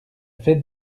fête